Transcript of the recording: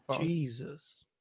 Jesus